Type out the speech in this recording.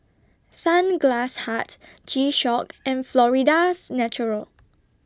Sunglass Hut G Shock and Florida's Natural